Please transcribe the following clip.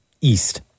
east